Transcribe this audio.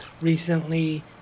recently